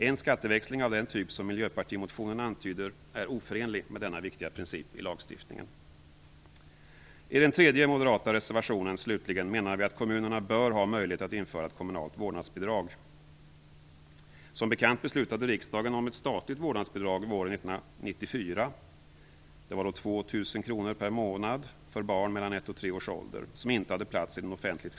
En skatteväxling av den typ som miljöpartimotionen antyder är oförenlig med denna viktiga princip i lagstiftningen. I den tredje moderata reservationen, slutligen, menar vi att kommunerna bör ha möjlighet att införa ett kommunalt vårdnadsbidrag. Som bekant beslutade riksdagen om ett statligt vårdnadsbidrag våren 1994.